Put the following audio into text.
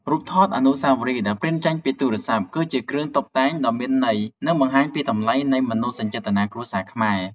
រូបថតអនុស្សាវរីយ៍ដែលព្រីនចេញពីទូរស័ព្ទ គឺជាគ្រឿងតុបតែងដ៏មានន័យនិង បង្ហាញពីតម្លៃនៃមនោសញ្ចេតនាគ្រួសារខ្មែរ។